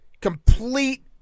Complete